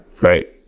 right